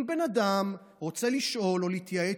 אם בן אדם רוצה לשאול או להתייעץ,